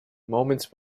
moments